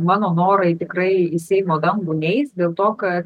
mano norai tikrai į seimo dangų neis dėl to kad